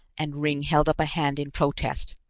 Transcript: and ringg held up a hand in protest.